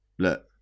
look